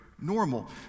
normal